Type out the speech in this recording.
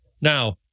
now